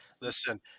listen